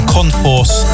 Conforce